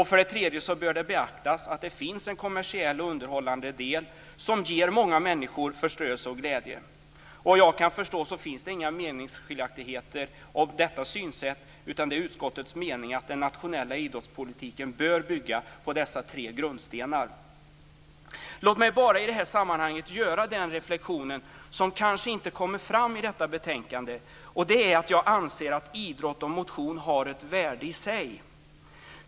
För det tredje bör det beaktas att det finns en kommersiell och underhållande del som ger många människor förströelse och glädje. Vad jag kan förstå finns det inga meningsskiljaktigheter om detta synsätt, utan det är utskottets mening att den nationella idrottspolitiken bör bygga på dessa tre grundstenar. Låt mig i det här sammanhanget göra en reflexion som kanske inte kommer fram i detta betänkande, nämligen att jag anser att idrott och motion har ett värde i sig.